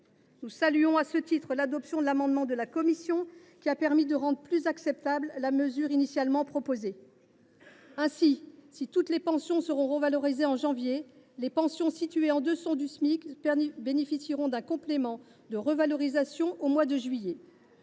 Nous saluons à cet égard l’adoption de l’amendement de la commission tendant à rendre plus acceptable la mesure initialement proposée. Si toutes les pensions seront revalorisées en janvier, celles qui sont situées en dessous du Smic bénéficieront d’un complément de revalorisation au mois de juillet.